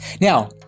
Now